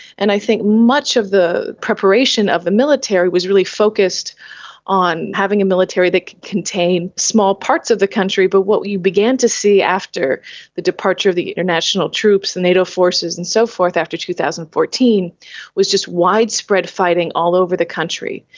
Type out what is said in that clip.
and i think much of the preparation of the military was really focused on having a military that could contain small parts of the country. but what we began to see after the departure of the international troops and nato forces and so forth after two thousand and fourteen was just widespread fighting all over the country.